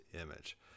image